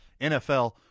NFL